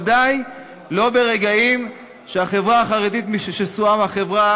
ודאי לא ברגעים שהחברה החרדית שסועה מהחברה